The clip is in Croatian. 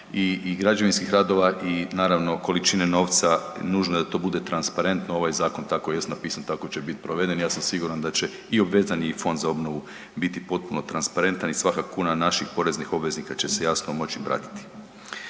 i građevinskih radova i naravno, količine novca, nužno je da to bude transparentno, ovaj zakon tako jest napisan, tako će biti proveden. Ja sam siguran da će i obvezani i Fond za obnovu biti potpuno transparentan i svaka kuna naših poreznih obveznika će se jasno moći pratiti.